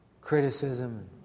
criticism